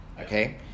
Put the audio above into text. Okay